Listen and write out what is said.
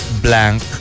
blank